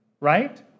right